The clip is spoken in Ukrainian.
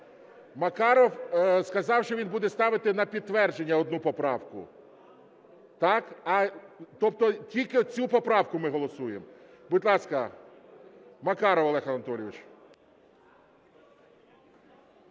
Макаров сказав, що він буде ставити на підтвердження одну поправку, так? Тобто тільки цю поправку ми голосуємо. Будь ласка, Макаров Олег Анатолійович.